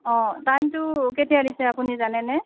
অঁ টাইমটো কেতিয়া দিছে আপুনি জানেনে